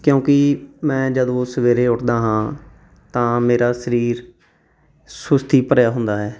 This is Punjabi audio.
ਕਿਉਂਕਿ ਮੈਂ ਜਦ ਉਹ ਸਵੇਰੇ ਉੱਠਦਾ ਹਾਂ ਤਾਂ ਮੇਰਾ ਸਰੀਰ ਸੁਸਤੀ ਭਰਿਆ ਹੁੰਦਾ ਹੈ